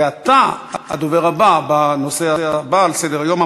ואתה הדובר הבא בנושא הבא שעל סדר-היום,